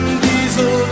diesel